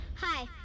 hi